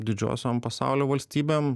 didžiosiom pasaulio valstybėm